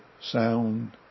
sound